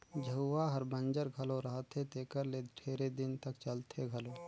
झउहा हर बंजर घलो रहथे तेकर ले ढेरे दिन तक चलथे घलो